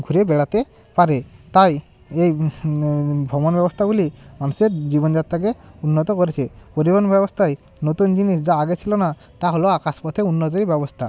ঘুরে বেড়াতে পারে তাই এই ভ্রমণ ব্যবস্থাগুলি মানুষের জীবনযাত্রাকে উন্নত করেছে পরিবহন ব্যবস্থায় নতুন জিনিস যা আগে ছিল না তা হলো আকাশপথে উন্নতির ব্যবস্থা